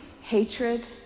hatred